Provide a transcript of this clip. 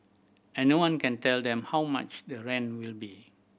and no one can tell them how much the rent will be